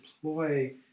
deploy